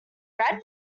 read